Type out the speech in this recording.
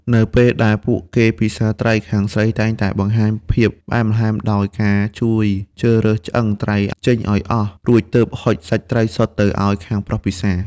នៅពេលដែលពួកគេពិសារត្រី ខាងស្រីតែងតែបង្ហាញភាពផ្អែមល្ហែមដោយការជួយជ្រើសរើសឆ្អឹងត្រីចេញឱ្យអស់ រួចទើបហុចសាច់ត្រីសុទ្ធទៅឱ្យខាងប្រុសពិសារ។